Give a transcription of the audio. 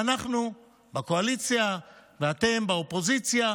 אנחנו בקואליציה ואתם באופוזיציה,